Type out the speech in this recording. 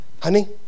honey